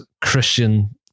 Christian